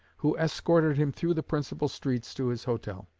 who escorted him through the principal streets to his hotel.